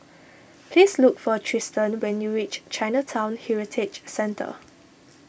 please look for Trystan when you reach Chinatown Heritage Centre